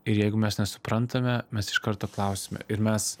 ir jeigu mes nesuprantame mes iš karto klausiame ir mes